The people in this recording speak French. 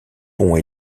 ponts